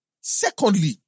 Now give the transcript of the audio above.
Secondly